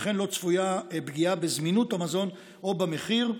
וכן לא צפויה פגיעה בזמינות המזון או במחיר.